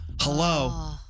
Hello